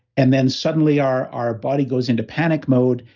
and then, suddenly, our our body goes into panic mode,